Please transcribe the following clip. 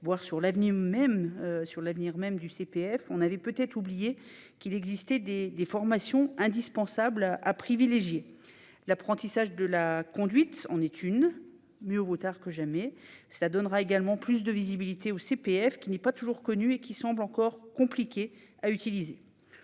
voire sur son avenir même, on avait peut-être oublié qu'il existait des formations indispensables à privilégier. L'apprentissage de la conduite en est une. Mieux vaut tard que jamais ! Cela donnera également plus de visibilité au CPF, qui n'est pas toujours connu et qui semble encore compliqué à utiliser.